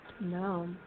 No